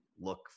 look